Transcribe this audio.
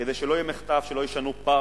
כדי שלא יהיה מחטף, שלא ישנו פארק